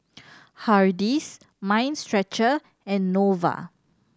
Hardy's Mind Stretcher and Nova